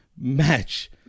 Match